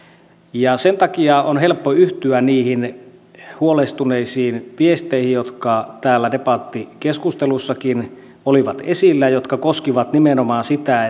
sen takia on helppo yhtyä niihin huolestuneisiin viesteihin jotka täällä debattikeskusteluissakin olivat esillä jotka koskivat nimenomaan sitä